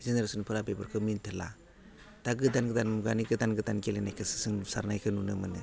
जेनेरेसनफोरा बेफोरखौ मोनथिला दा गोदान गोदान मुगानि गोदान गोदान गेलेनायखौसो जों नुसारनायखौ नुनो मोनो